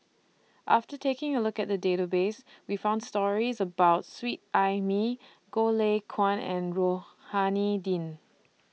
after taking A Look At The Database We found stories about Sweet Ai Mee Goh Lay Kuan and Rohani Din